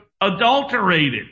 adulterated